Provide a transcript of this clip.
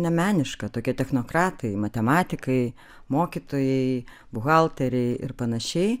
ne meniška tokie technokratai matematikai mokytojai buhalteriai ir panašiai